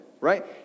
right